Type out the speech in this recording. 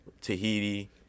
Tahiti